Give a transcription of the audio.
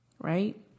right